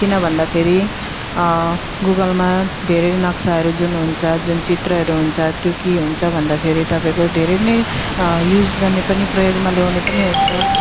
किन भन्दाफेरि गुगलमा धेरै नक्साहरू जुन हुन्छ जुन चित्रहरू हुन्छ त्यो के हुन्छ भन्दाफेरि तपाईँको धेरै नै युज गर्ने पनि प्रयोगमा ल्याउने पनि हुन्छ